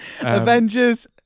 Avengers